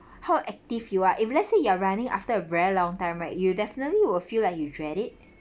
how active you are if let's say you are running after a very long time right you definitely will feel like you dread it